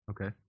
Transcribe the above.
Okay